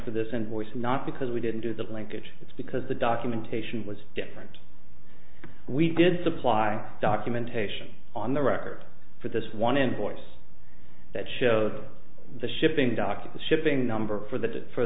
for this invoice not because we didn't do the linkage it's because the documentation was different we did supply documentation on the record for this one invoice that shows the shipping dock of the shipping number for the for